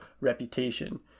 reputation